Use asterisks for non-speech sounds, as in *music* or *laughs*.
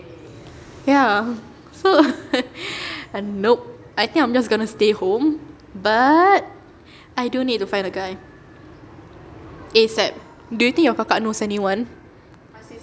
ya so *laughs* nope I think I'm just going to stay home but I do need to find a guy ASAP do you think your kakak knows anyone